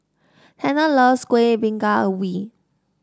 Tanner loves Kuih Bingka Ubi